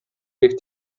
sich